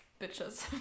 Bitches